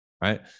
Right